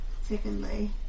Secondly